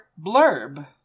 blurb